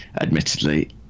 admittedly